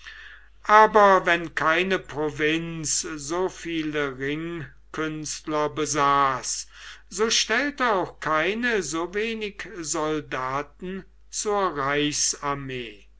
aber wenn keine provinz so viele ringkünstler besaß so stellte auch keine so wenig soldaten zur